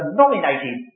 nominated